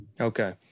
okay